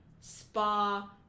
spa